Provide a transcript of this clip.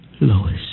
Lois